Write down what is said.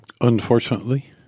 unfortunately